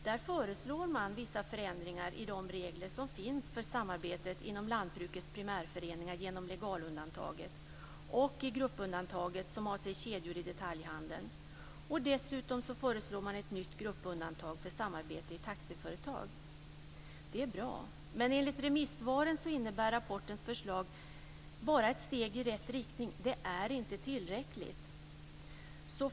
Där föreslår man vissa förändringar i de regler som finns för samarbetet inom lantbrukets primärföreningar genom legalundantaget och i gruppundantaget, som avser kedjor i detaljhandeln. Dessutom föreslår man ett nytt gruppundantag för samarbete i taxiföretag. Det är bra. Men enligt remissvaren innebär rapportens förslag bara ett steg i rätt riktning. Det är inte tillräckligt.